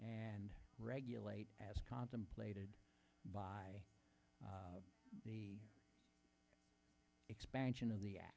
and regulate as contemplated by the expansion of the